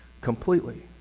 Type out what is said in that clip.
completely